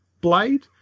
blade